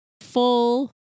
full